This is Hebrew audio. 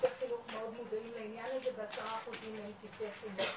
צוותי חינוך מאוד מודעים לעניין הזה ו-10 אחוזים הם צוותי חינוך.